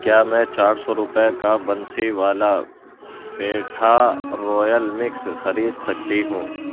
کیا میں چار سو روپے کا بنسی والا پیٹھا رویل مکس خرید سکتی ہوں